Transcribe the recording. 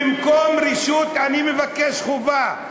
במקום רשות אני מבקש חובה.